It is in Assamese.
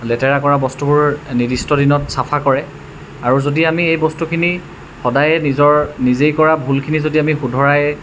লেতেৰা কৰা বস্তুবোৰ নিৰ্দিষ্ট দিনত চাফা কৰে আৰু যদি আমি এই বস্তুখিনি সদায়ে নিজৰ নিজেই কৰা ভুলখিনি যদি আমি শুধৰাই